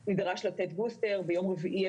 נכון.